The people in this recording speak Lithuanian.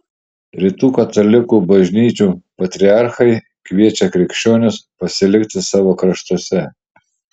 rytų katalikų bažnyčių patriarchai kviečia krikščionis pasilikti savo kraštuose